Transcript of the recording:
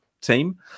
team